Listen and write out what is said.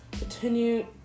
Continue